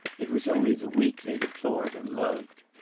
it was only the weak they deplored and loved.